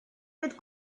with